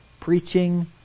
Preaching